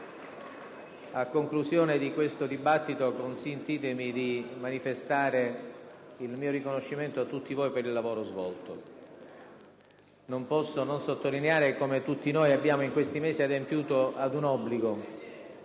a conclusione di questo dibattito, consentitemi di manifestare il mio riconoscimento a tutti voi per il lavoro svolto. Non posso non sottolineare come tutti noi abbiamo, in questi mesi, adempiuto ad un obbligo,